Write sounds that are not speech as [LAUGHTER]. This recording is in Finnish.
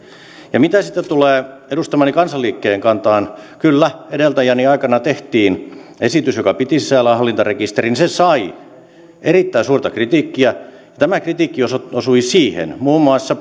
mitä sitten tulee edustamani kansanliikkeen kantaan niin kyllä edeltäjäni aikana tehtiin esitys joka piti sisällään hallintarekisterin se sai erittäin suurta kritiikkiä ja tämä kritiikki osui osui siihen muun muassa [UNINTELLIGIBLE]